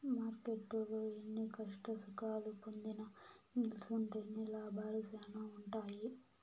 మార్కెట్టులో ఎన్ని కష్టసుఖాలు పొందినా నిల్సుంటేనే లాభాలు శానా ఉంటాయి